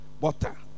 Water